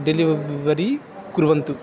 delivery कुर्वन्तु